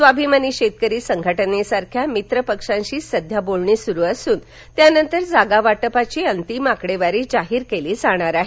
स्वाभिमानी शेतकरी संघटनेसारख्या मित्र पक्षांशी सध्या बोलणी सुरु असून त्यानंतर जागा वाटपाची अंतिम आकडेवारी जाहीर केली जाणार आहे